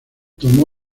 tomó